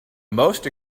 most